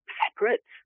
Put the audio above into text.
separate